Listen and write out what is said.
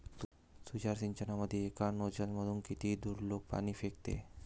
तुषार सिंचनमंदी एका नोजल मधून किती दुरलोक पाणी फेकते?